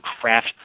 craft